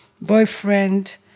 boyfriend